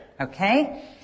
Okay